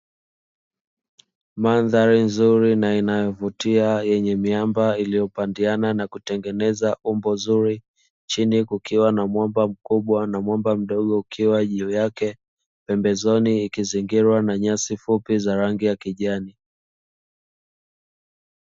Mandhari nzuri na inayovutia yenye miamba iliyopatana na kutengeneza umbo zuri chini kukiwa na mwamba mkubwa na mwamba mdogo ukiwa juu yake pembezoni ikizingilwa na nyasi fupi za rangi ya kijani.